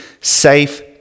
safe